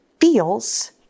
feels